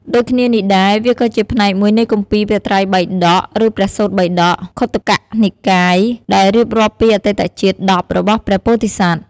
ដូចគ្នានេះដែរ វាក៏ជាផ្នែកមួយនៃគម្ពីរព្រះត្រៃបិដក ឬ ព្រះសូត្របិដក ខុទ្ទកនិកាយ ដែលរៀបរាប់ពីអតីតជាតិ ១០ របស់ព្រះពោធិសត្វ។